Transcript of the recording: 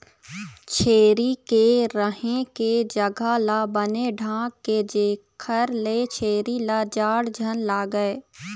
छेरी के रहें के जघा ल बने ढांक दे जेखर ले छेरी ल जाड़ झन लागय